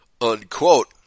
Unquote